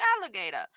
alligator